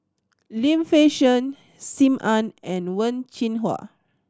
Lim Fei Shen Sim Ann and Wen Jinhua